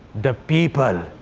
the people.